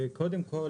קודם כל,